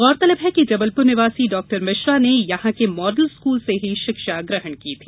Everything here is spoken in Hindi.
गौरतलब है कि जबलपुर निवासी डॉक्टर मिश्रा ने मॉडल स्कूल से ही शिक्षा ग्रहण की थी